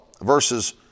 verses